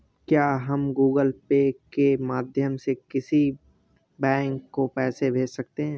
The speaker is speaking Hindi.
क्या हम गूगल पे के माध्यम से किसी बैंक को पैसे भेज सकते हैं?